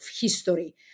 history